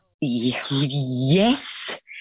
yes